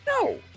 No